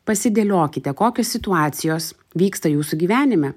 pasidėliokite kokios situacijos vyksta jūsų gyvenime